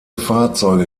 fahrzeuge